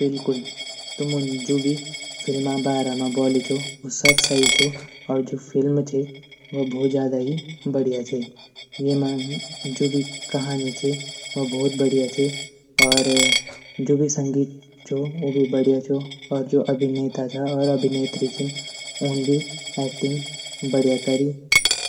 बिलकुल तुमून जू भी फिल्मा बारा म ब्वोली छो ऊ सब सही छो और जू फ़िल्म छे व भोत ज़्यादा ही बढ़िया छे येमा जू भी कहानी छे व भोत बढ़िया छे और जू भी संगीत छो उ भी बढ़िया छो और जू अभिनेता छा और अभिनेत्री छीन ऊन भी एक्टिंग बढ़िया करी।